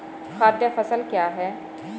खाद्य फसल क्या है?